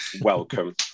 welcome